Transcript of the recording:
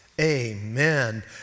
amen